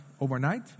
overnight